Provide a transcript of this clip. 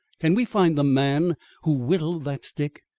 can we find the man who whittled that stick?